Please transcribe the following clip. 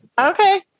Okay